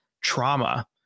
trauma